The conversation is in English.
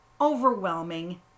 overwhelming